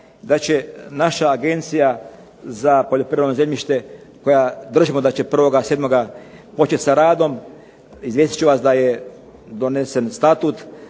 da će naša Agencija za poljoprivredno zemljište koja držimo da će 1.7. počet sa radom. Izvijestit ću vas da je donesen statut,